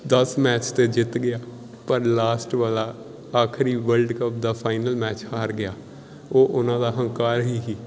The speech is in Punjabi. ਦਸ ਮੈਚ ਤਾਂ ਜਿੱਤ ਗਿਆ ਪਰ ਲਾਸਟ ਵਾਲਾ ਆਖਰੀ ਵਰਲਡ ਕੱਪ ਦਾ ਫਾਈਨਲ ਮੈਚ ਹਾਰ ਗਿਆ ਉਹ ਉਹਨਾਂ ਦਾ ਹੰਕਾਰ ਹੀ ਸੀ